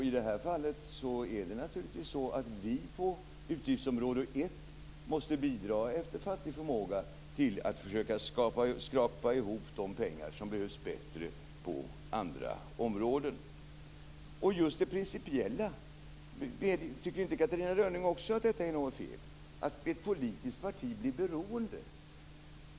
I det här fallet måste man naturligtvis på utgiftsområde 1 bidra efter fattig förmåga till att försöka skrapa ihop de pengar som bättre behövs på andra områden. Tycker inte Catarina Rönnung också att det är något principiellt fel när ett politiskt parti blir beroende?